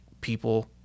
people